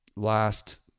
last